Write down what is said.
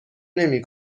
نمی